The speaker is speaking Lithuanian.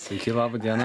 sveiki laba diena